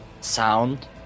sound